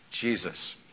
Jesus